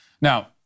Now